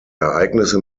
ereignisse